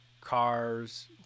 cars